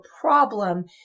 problem